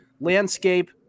landscape